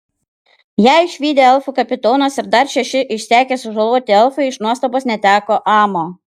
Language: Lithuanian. ją išvydę elfų kapitonas ir dar šeši išsekę sužaloti elfai iš nuostabos neteko amo